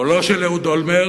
או לא של אהוד אולמרט.